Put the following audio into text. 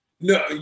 No